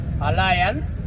Alliance